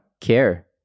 care